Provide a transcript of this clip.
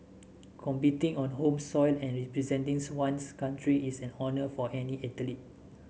competing on home soil and representing one's country is an honour for any athlete